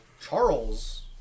Charles